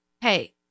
hey